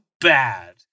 bad